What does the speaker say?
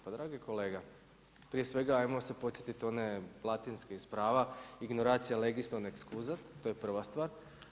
Pa dragi kolega, prije svega ajmo se podsjetiti one latinske iz prava ignorantia legis non excusat, to je prva stvar.